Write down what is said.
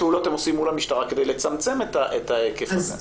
ואילו פעולות אתם עושים מול המשטרה כדי לצמצם את ההיקף הזה?